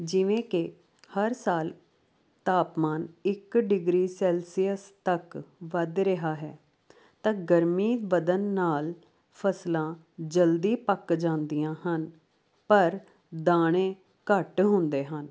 ਜਿਵੇਂ ਕਿ ਹਰ ਸਾਲ ਤਾਪਮਾਨ ਇਕ ਡਿਗਰੀ ਸੈਲਸੀਅਸ ਤੱਕ ਵੱਧ ਰਿਹਾ ਹੈ ਤਾਂ ਗਰਮੀ ਵਧਣ ਨਾਲ ਫਸਲਾਂ ਜਲਦੀ ਪੱਕ ਜਾਂਦੀਆਂ ਹਨ ਪਰ ਦਾਣੇ ਘੱਟ ਹੁੰਦੇ ਹਨ